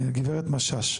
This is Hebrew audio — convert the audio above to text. גברת משש,